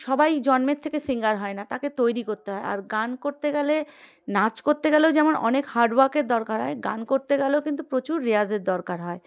সবাই জন্মের থেকে সিঙ্গার হয় না তাকে তৈরি করতে হয় আর গান করতে গেলে নাচ করতে গেলেও যেমন অনেক হার্ড ওয়ার্কের দরকার হয় গান করতে গেলেও কিন্তু প্রচুর রেয়াজের দরকার হয়